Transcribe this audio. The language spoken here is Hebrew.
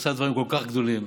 שעושה דברים כל כך גדולים,